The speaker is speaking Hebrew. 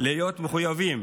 להיות מחויבים